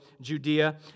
Judea